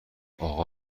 آقا